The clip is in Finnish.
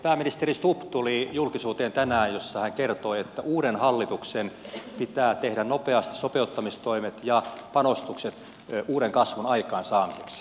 pääministeri stubb tuli julkisuuteen tänään ja hän kertoi että uuden hallituksen pitää tehdä nopeasti sopeuttamistoimet ja panostukset uuden kasvun aikaansaamiseksi